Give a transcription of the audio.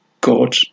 God